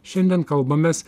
šiandien kalbamės